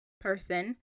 person